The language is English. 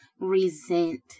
resent